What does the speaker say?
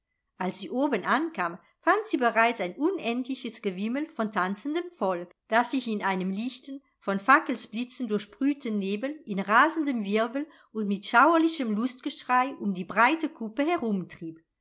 als sie oben ankam fand sie bereits ein unendliches gewimmel von tanzendem volk das sich in einem lichten von fackelblitzen durchsprühten nebel in rasendem wirbel und mit schauerlichem lustgeschrei um die breite kuppe